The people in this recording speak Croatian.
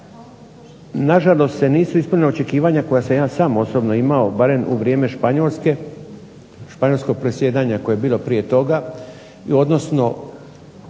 Nažalost se nisu ispunila očekivanja koja sam ja sam osobno imao, barem u vrijeme Španjolske, španjolskog predsjedanja koje je bilo prije toga, odnosno